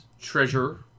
treasure